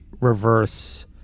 reverse